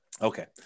Okay